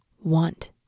want